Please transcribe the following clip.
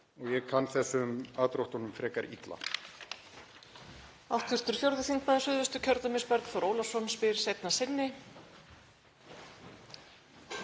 Ég kann þessum aðdróttunum frekar illa.